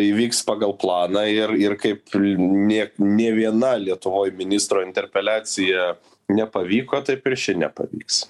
įvyks pagal planą ir ir kaip niek nė viena lietuvoj ministro interpeliacija nepavyko taip ir ši nepavyks